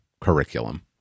curriculum